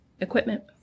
equipment